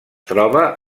troba